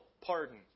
pardon